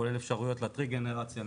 כולל אפשריות לטריגנרציה,